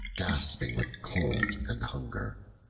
gasping with cold and hunger.